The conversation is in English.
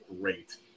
great